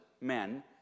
men